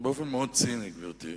באופן מאוד ציני, גברתי,